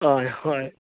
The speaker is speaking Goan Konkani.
हय हय